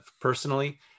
personally